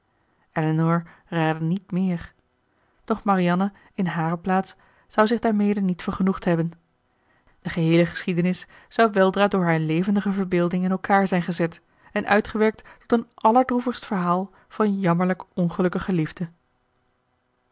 elinor raadde niet méér doch marianne in hare plaats zou zich daarmede niet vergenoegd hebben de geheele geschiedenis zou weldra door haar levendige verbeelding in elkaar zijn gezet en uitgewerkt tot een allerdroevigst verhaal van jammerlijk ongelukkige liefde